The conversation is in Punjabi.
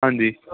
ਹਾਂਜੀ